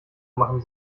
machen